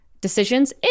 decisions